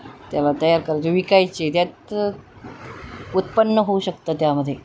तेला तयार करायचे विकायचे त्यात उत्पन्न होऊ शकतं त्यामध्ये